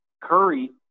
Curry